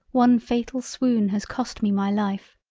one fatal swoon has cost me my life.